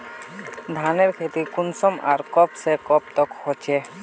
धानेर खेती कुंसम आर कब से कब तक होचे?